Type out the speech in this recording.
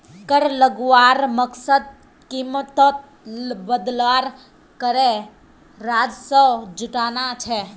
कर लगवार मकसद कीमतोत बदलाव करे राजस्व जुटाना छे